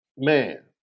Man